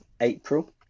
April